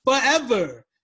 forever